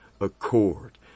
accord